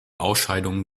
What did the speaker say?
ausscheidungen